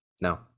No